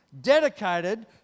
dedicated